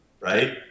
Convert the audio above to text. right